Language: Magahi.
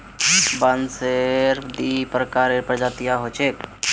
बांसेर दी प्रकारेर प्रजातियां ह छेक